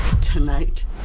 tonight